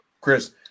Chris